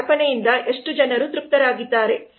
ನಮ್ಮ ಅರ್ಪಣೆಯಿಂದ ಎಷ್ಟು ಜನರು ತೃಪ್ತರಾಗಿದ್ದಾರೆ